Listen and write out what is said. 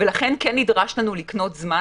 ולכן נדרש לנו לקנות זמן.